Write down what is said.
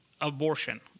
abortion